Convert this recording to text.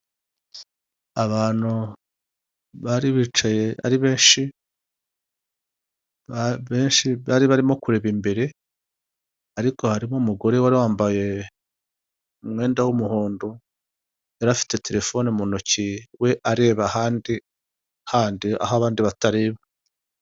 Abantu bari bicaye ari benshi, benshi bari barimo kureba imbere, ariko harimo umugore wari wambaye umwenda w'umuhondo yari afite telefone mu ntoki we areba ahandi handi aho abandi batareba.